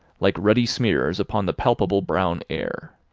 like ruddy smears upon the palpable brown air.